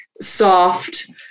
soft